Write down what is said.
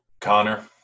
Connor